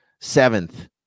seventh